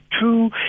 two